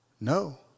No